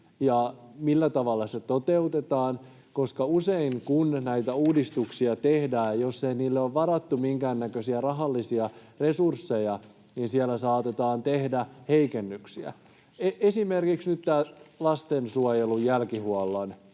ja millä tavalla se toteutetaan? Usein, kun näitä uudistuksia tehdään — jos niille ei ole varattu minkäännäköisiä rahallisia resursseja — siellä saatetaan tehdä heikennyksiä. Esimerkiksi nyt tämä lastensuojelun jälkihuollon